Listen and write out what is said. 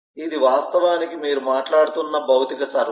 ఇది వాస్తవానికి మీరు మాట్లాడుతున్న భౌతిక సర్వర్